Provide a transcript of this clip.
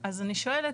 אז אני שואלת,